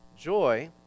Joy